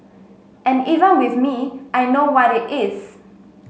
and even with me I know what it is